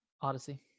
odyssey